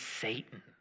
Satan